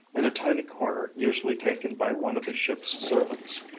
in a tiny corner usually taken by one of the ship's servants.